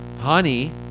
Honey